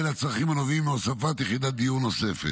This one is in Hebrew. לצרכים הנובעים מהוספת יחידת דיור נוספת.